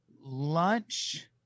lunch